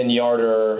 yarder